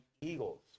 eagles